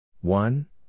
One